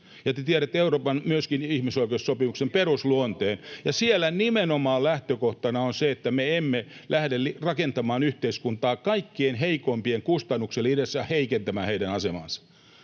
Asiantuntijalausunnoissa on esitelty kaikki!] ja siellä nimenomaan lähtökohtana on se, että me emme lähde rakentamaan yhteiskuntaa kaikkein heikoimpien kustannuksella, itse asiassa heikentämään heidän asemaansa.